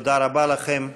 תודה רבה לכם.